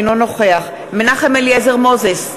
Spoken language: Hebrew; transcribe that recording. אינו נוכח מנחם אליעזר מוזס,